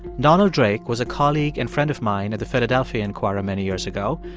donald drake was a colleague and friend of mine at the philadelphia inquirer many years ago.